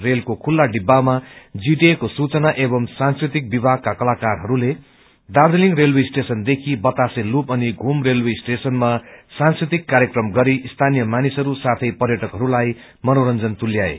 रेलको खुल्ला डिब्बामा जीटीएको सूचना एवं सांस्कृतिक विभागका कलाकारहरूले दार्जीलिङ रेलवे स्टेशनदेखि बताशे लूप अनि घूम रेलवे स्टेशनमा सांस्कृतिक कार्यक्रम गरी स्थानीय मानिसहरू साथै पर्यटकहरूलाई मनोरंजन तुल्याए